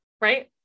right